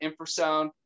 infrasound